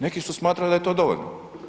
Neki su smatrali da je to dovoljno.